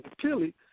clearly